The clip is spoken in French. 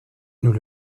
nous